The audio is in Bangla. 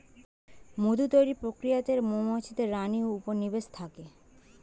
মধু তৈরির প্রক্রিয়াতে মৌমাছিদের রানী উপনিবেশে থাকে